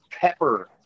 pepper